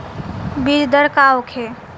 बीजदर का होखे?